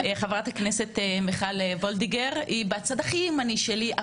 חברת הכנסת מיכל וולדיגר היא בצד הכי ימני שלי,